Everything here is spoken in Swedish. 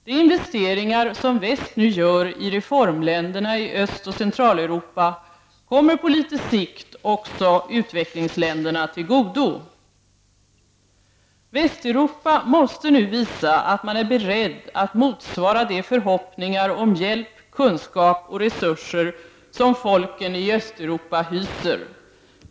De investeringar som väst nu gör i reformländerna i Östoch Centraleuropa kommer litet på sikt också utvecklingsländerna till godo. Västeuropa måste nu visa att man är beredd att motsvara de förhoppningar om hjälp, kunskap och resurser som folken i Östeuropa hyser.